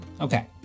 Okay